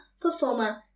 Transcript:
performer